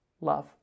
love